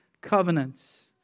covenants